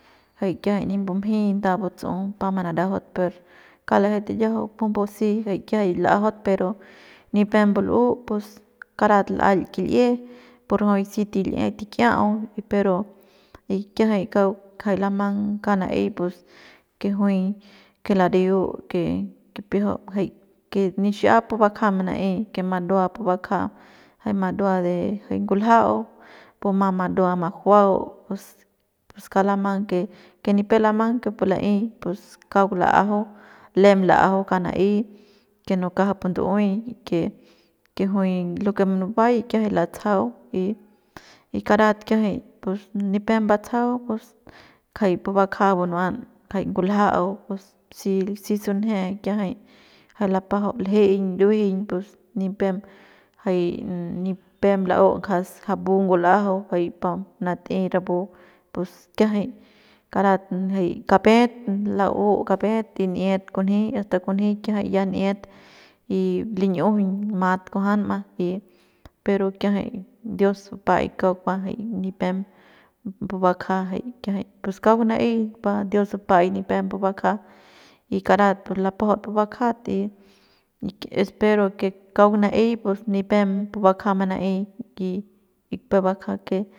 Jay kiajay nip mbumjey nda butsu'ut pa manarajaut per kauk la'eje tiyajau pumbu si jay kiajay l'ajaut pero nipep mbul'u pus karat l'aik kil'ie pu rajuik si tik'iau pero kiajay kauk jay lamang kauk na'ey pus que juy que lariu que kipiajay que nixiap pu bakja mana'ey que madua pu bakja jay madua de nguljau pu ma madua majuau pus kauk lamang que nipep lamang que pu la'ey pus kauk la'ajau lem la'ajau kauk na'ey y que no kja pu ndu'uey y que juiyn lo que munubay kiajay latsajau y y karat kiajay pus nipem mbatsajau pus jay pu bakja buruan ngajay ngul'jau pus si si sunje kiajay jay lapajau ljeiñ ndujueñ nipem jay ni pem l'au ja mbu ngul'ajau pa manat'ey rapu pus kiajay karat jay kapet la'u kapet y n'iat kunji asta kunji kiajay ya ni'iat y lin'iujuñ mat kunjanma y pero kiajay dios bupa'aik kauk va jay nipem pubakja jay kiajay pus kauk na'ey va dios bupaik nipem pu bakja y karat pu lapajaut pu bakja y y que espero que espero que kauk na'ei pues nipem pu bakja mana'ey nipe bakja que.